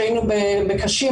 כשהיינו ב"קשים",